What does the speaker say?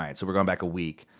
and so we're going back a week.